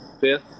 fifth